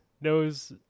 knows